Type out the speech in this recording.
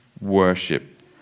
worship